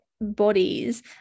bodies